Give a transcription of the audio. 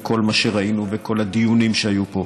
כל מה שראינו וכל הדיונים שהיו פה.